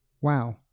Wow